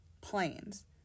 planes